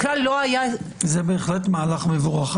זה בהחלט מהלך מבורך.